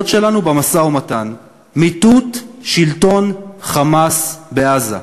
שלנו במשא-ומתן: מיטוט שלטון ה"חמאס" בעזה.